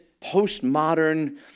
postmodern